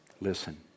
Listen